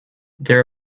there